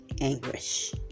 anguish